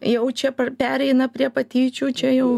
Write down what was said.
jau čia par pereina prie patyčių čia jau